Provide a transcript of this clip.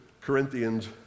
Corinthians